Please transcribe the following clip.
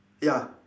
ya